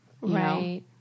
Right